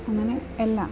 അങ്ങനെ എല്ലാം